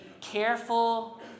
careful